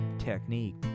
technique